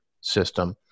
system